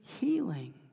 healing